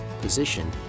position